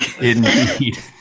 indeed